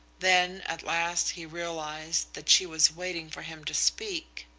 then at last he realised that she was waiting for him to speak.